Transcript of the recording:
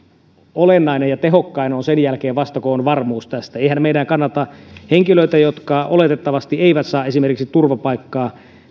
olennaisinta ja tehokkainta on vasta sen jälkeen kun on varmuus tästä eihän meidän kannata lähteä kovin massiivisia resursseja käyttämään henkilöiden jotka oletettavasti eivät saa esimerkiksi turvapaikkaa